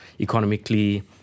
economically